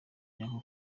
nyako